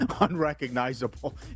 Unrecognizable